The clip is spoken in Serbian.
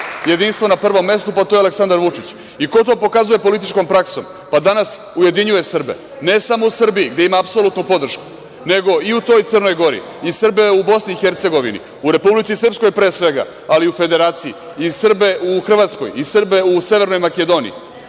Jedinstvo na prvom mestu, pa to je Aleksandar Vučić. I ko to pokazuje političkom praksom, pa danas ujedinjuje Srbe, ne samo u Srbiji, gde ima apsolutnu podršku, nego i u toj Crnoj Gori, i Srbe u Bosni i Hercegovini, u Republici Srpskoj pre svega, ali i u Federaciji, i Srbe u Hrvatskoj, i Srbe u Severnoj Makedoniji?